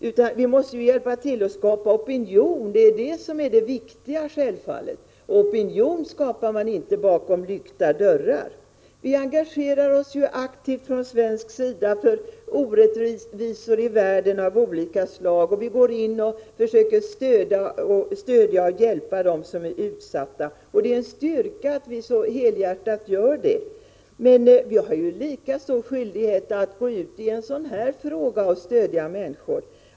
Det viktiga är självfallet att vi måste hjälpa till att skapa opinion. Och opinion skapar man inte bakom lyckta dörrar. Vi engagerar oss ju från svensk sida aktivt mot olika slag av orättvisor i världen, och vi försöker stödja och hjälpa dem som är utsatta. Det är en styrka att vi så helhjärtat gör det. Men vi har lika stor skyldighet att stödja utsatta människor i en sådan här fråga.